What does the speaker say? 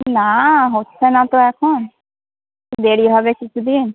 না হচ্ছে না তো এখন দেরি হবে কিছু দিন